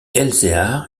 elzéar